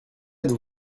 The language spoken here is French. êtes